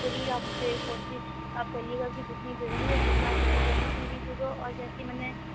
پوری آپ سے کوشش آپ کریے گا کہ جتنی جلدی ہو سکے آپ اتنی جلدی سل دیجیے گا اور جیسی میں نے